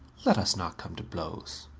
let us not come to blows!